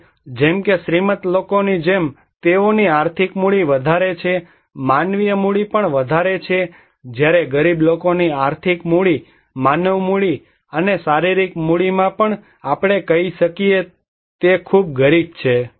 હવે જેમ કે શ્રીમંત લોકોની જેમ તેઓની આર્થિક મૂડી વધારે છે માનવીય મૂડી પણ વધારે છે જ્યારે ગરીબ લોકોની આર્થિક મૂડી માનવ મૂડી અને શારીરિક મૂડીમાં આપણે કહી શકીએ છીએ તે ખૂબ ગરીબ છે